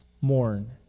mourn